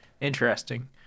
Interesting